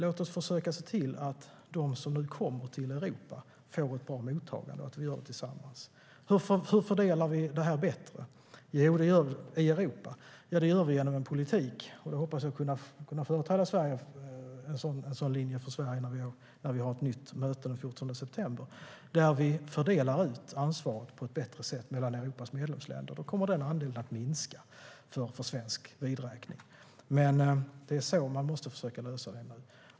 Låt oss försöka se till att de som nu kommer till Europa får ett bra mottagande, och att vi gör det tillsammans. Hur fördelar vi det här bättre i Europa? Jo, det gör vi genom en politik där vi fördelar ansvaret på ett bättre sätt mellan Europas medlemsländer - jag hoppas kunna företräda en sådan linje för Sverige när vi har ett nytt möte den 14 september. Då kommer andelen att minska för svensk räkning. Det är på det sättet man måste försöka lösa det nu.